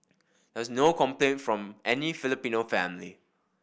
there was no complaint from any Filipino family